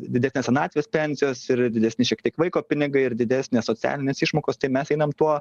didesnės senatvės pensijos ir didesni šiek tiek vaiko pinigai ir didesnės socialinės išmokos tai mes einam tuo